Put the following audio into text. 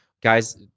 Guys